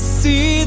see